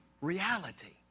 reality